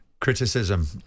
criticism